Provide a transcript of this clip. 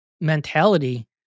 mentality